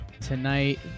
tonight